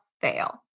fail